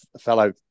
fellow